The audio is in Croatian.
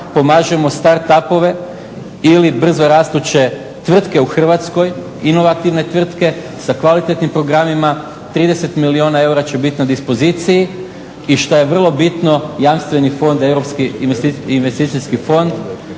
pomažemo …/Ne razumije se./… ili brzorastuće tvrtke u Hrvatskoj, inovativne tvrtke sa kvalitetnim programima. 30 milijuna eura će biti na dispoziciji i što je vrlo bitno jamstveni fond, Europski investicijski fond